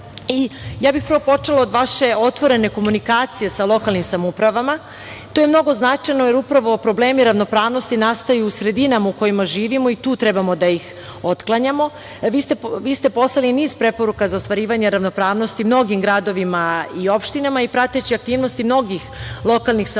bih počela od vaše otvorene komunikacije sa lokalnim samoupravama. To je mnogo značajno jer upravo problemi ravnopravnosti nastaju u sredinama u kojima živimo i tu treba da ih otklanjamo. Vi ste poslali niz preporuka za ostvarivanje ravnopravnosti mnogim gradovima i opštinama. Prateći aktivnosti mnogih lokalnih samouprava,